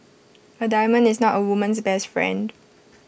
A diamond is not A woman's best friend